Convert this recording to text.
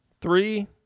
three